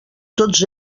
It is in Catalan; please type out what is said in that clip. tots